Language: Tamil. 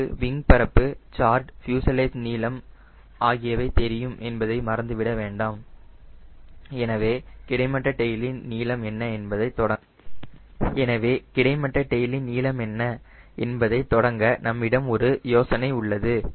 நமக்கு விங் பரப்பு கார்டு ஃப்யூஸலேஜ் நீளம் ஆகியவை தெரியும் என்பதை மறந்து விட வேண்டாம் எனவே கிடைமட்ட டெயிலின் நீளம் என்ன என்பதை தொடங்க நம்மிடம் ஒரு யோசனை உள்ளது